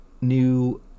New